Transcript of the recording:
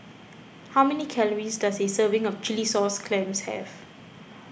how many calories does a serving of Chilli Sauce Clams have